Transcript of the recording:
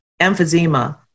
emphysema